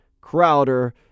Crowder